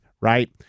right